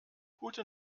gute